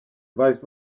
vice